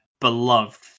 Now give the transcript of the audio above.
beloved